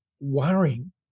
worrying